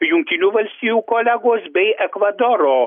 jungtinių valstijų kolegos bei ekvadoro